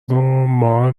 مار